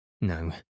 No